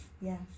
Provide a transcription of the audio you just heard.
yes